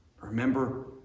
Remember